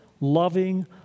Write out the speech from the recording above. loving